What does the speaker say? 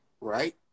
right